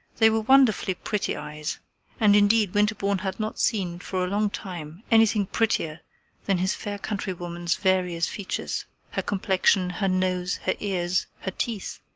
they were wonderfully pretty eyes and, indeed, winterbourne had not seen for a long time anything prettier than his fair countrywoman's various features her complexion, her nose, her ears, her teeth.